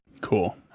Cool